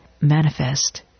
manifest